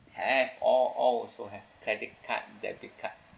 have all all also have credit card debit card